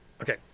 Okay